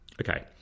okay